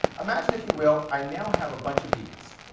imagine, if you will, i now have a bunch of beads.